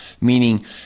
meaning